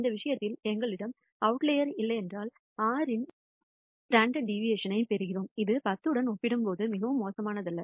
இந்த விஷயத்தில் எங்களிடம் ஒரு அவுட்லயர்ஸ் இல்லையென்றால் 6 இன் ஸ்டாண்டர்ட் டிவியேஷன் ஐ பெறுகிறோம் இது 10 உடன் ஒப்பிடும்போது மிகவும் மோசமானதல்ல